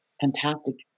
fantastic